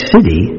City